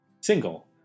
single